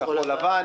כחול לבן,